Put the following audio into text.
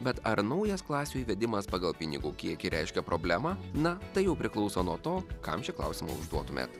bet ar naujas klasių įvedimas pagal pinigų kiekį reiškia problemą na tai jau priklauso nuo to kam šį klausimą užduotumėt